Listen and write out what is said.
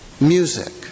music